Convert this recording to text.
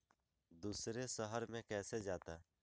दूसरे शहर मे कैसे जाता?